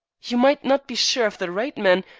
you might not be sure of the right man,